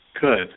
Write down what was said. Good